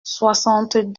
soixante